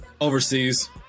Overseas